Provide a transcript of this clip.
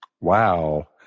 Wow